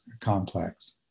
complex